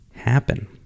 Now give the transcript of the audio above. happen